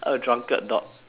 a drunkard dog